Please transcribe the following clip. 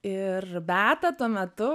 ir beata tuo metu